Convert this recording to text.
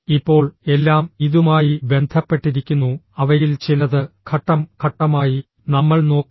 ഇപ്പോൾ എല്ലാം ഇതുമായി ബന്ധപ്പെട്ടിരിക്കുന്നു അവയിൽ ചിലത് ഘട്ടം ഘട്ടമായി നമ്മൾ നോക്കും